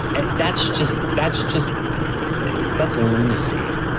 and that's just that's just that's lunacy.